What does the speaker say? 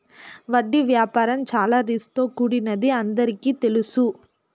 వడ్డీ వ్యాపారం చాలా రిస్క్ తో కూడినదని అందరికీ తెలుసు